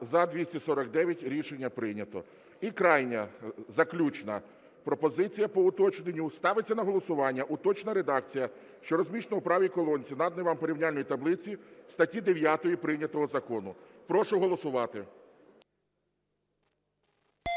За-249 Рішення прийнято. І крайня, заключна пропозиція по уточненню. Ставиться на голосування уточнена редакція, що розміщена у правій колонці наданої вам порівняльної таблиці статті 9 прийнятого закону. Прошу голосувати.